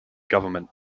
government